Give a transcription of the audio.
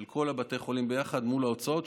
כל בתי החולים ביחד מול ההוצאות.